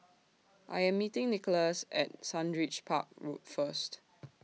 I Am meeting Nikolas At Sundridge Park Road First